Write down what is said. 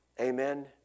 Amen